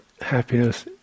happiness